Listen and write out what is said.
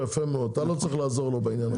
יפה מאוד אתה לא צריך לעזור לו בעניין הזה,